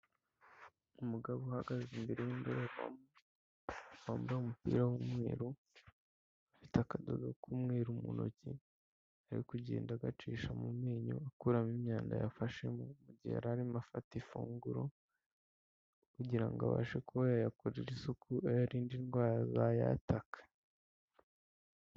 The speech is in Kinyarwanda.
Umugabo uhagaze imbere y'indoregwamo wambaye umupira w'umweru, afite akadoga k'umweru mu ntoki, ari kugenda agacisha mu menyo akuramo imyanda yafashemo mu gihe yararimo afata ifunguro, kugira ngo abashe ku yayakorera isuku iyarinda indwara zayataka.